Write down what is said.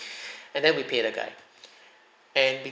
and then we pay the guy and